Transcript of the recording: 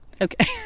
okay